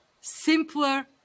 simpler